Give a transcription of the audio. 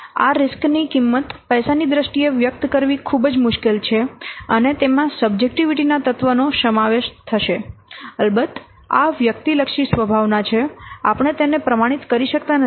આ રીસ્ક ની કિંમત પૈસાની દ્રષ્ટિએ વ્યક્ત કરવી ખૂબ જ મુશ્કેલ છે અને તેમાં સબજેક્ટીવીટી ના તત્વનો સમાવેશ થશે અલબત્ત આ વ્યક્તિ લક્ષી સ્વભાવના છે આપણે તેમને પ્રમાણિત કરી શકતા નથી